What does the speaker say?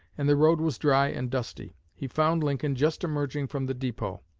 and the road was dry and dusty. he found lincoln just emerging from the depot.